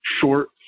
short